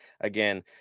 again